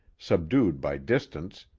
subdued by distance,